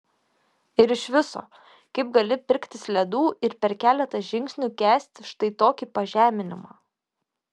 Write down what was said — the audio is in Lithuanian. ir iš viso kaip gali pirktis ledų ir per keletą žingsnių kęsti štai tokį pažeminimą